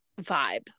vibe